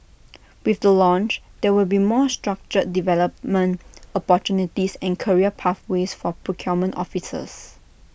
with the launch there will be more structured development opportunities and career pathways for procurement officers